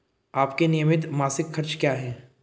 आपके नियमित मासिक खर्च क्या हैं?